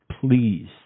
please